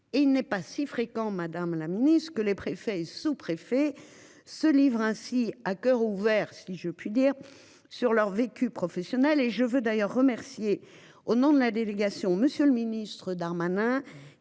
et il n'est pas si fréquent. Madame la Ministre que les préfets sous-préfets se livre ainsi à coeur ouvert si je puis dire sur leur vécu professionnel et je veux d'ailleurs remercier au nom de la délégation. Monsieur le ministre Darmanin,